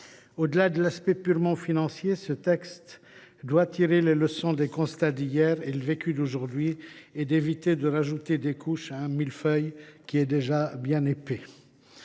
Au delà de l’aspect purement financier, ce texte doit tirer les leçons des constats d’hier et des vécus d’aujourd’hui, en évitant d’ajouter des couches à un millefeuille déjà bien épais.